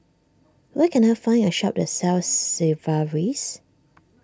where can I find a shop that sells Sigvaris